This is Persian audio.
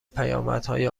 پیامدهای